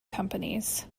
companies